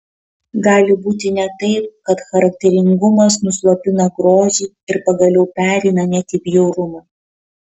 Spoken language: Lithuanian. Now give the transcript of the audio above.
gali būti net taip kad charakteringumas nuslopina grožį ir pagaliau pereina net į bjaurumą